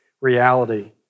reality